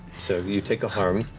so you take a harm.